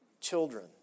children